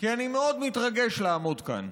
כי אני מאוד מתרגש לעמוד כאן,